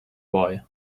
boy